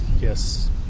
yes